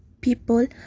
people